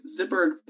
zippered